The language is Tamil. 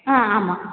ஆ ஆமாம்